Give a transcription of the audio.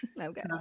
Okay